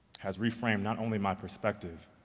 has re-framed not only my perspective,